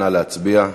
נא להצביע.